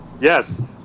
Yes